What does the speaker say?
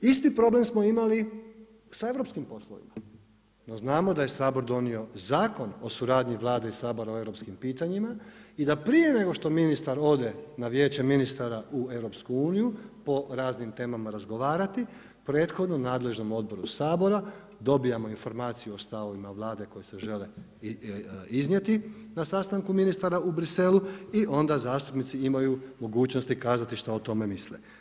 Isti problem smo imali sa europskim poslovima, no znamo da je Sabor donio Zakon o suradnji Vlade i Sabora o europskim pitanjima i da prije nego što ministar ode na Vijeće ministara u EU po raznim temama razgovarati prethodno nadležnom odboru Sabora dobivamo informaciju o stavovima Vlade koji se žele iznijeti na sastanku ministara u Briselu i onda zastupnici imaju mogućnosti kazati što o tome misle.